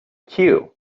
cue